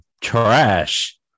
trash